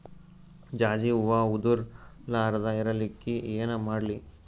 ಜಾಜಿ ಹೂವ ಉದರ್ ಲಾರದ ಇರಲಿಕ್ಕಿ ಏನ ಮಾಡ್ಲಿ?